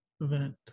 event